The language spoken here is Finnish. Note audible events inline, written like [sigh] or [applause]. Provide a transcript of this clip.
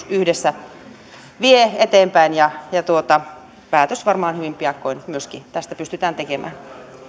[unintelligible] yhdessä vie eteenpäin ja päätös varmaan hyvin piakkoin myöskin tästä pystytään tekemään